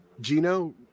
Gino